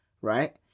right